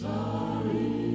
Sorry